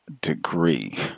degree